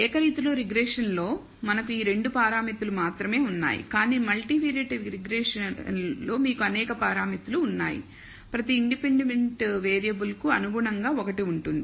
ఏకరీతిలో regression లో మనకు ఈ రెండు పారామితులు మాత్రమే ఉన్నాయి కానీ మల్టీలినియర్ రిగ్రెషన్ మీకు అనేక పారామితులు ఉన్నాయి ప్రతి ఇండిపెండెంట్ వేరియబుల్కు అనుగుణంగా 1 ఉంటుంది